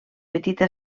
petita